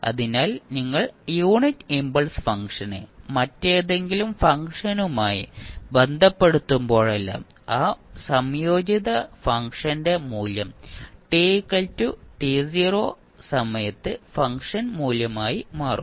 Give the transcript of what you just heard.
അതിനാൽ നിങ്ങൾ unit impulse ഫംഗ്ഷനെ മറ്റേതെങ്കിലും ഫംഗ്ഷനുമായി ബന്ധപ്പെടുത്തുമ്പോഴെല്ലാം ആ സംയോജിത ഫംഗ്ഷന്റെ മൂല്യം t സമയത്ത് ഫംഗ്ഷൻ മൂല്യമായി മാറും